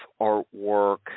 artwork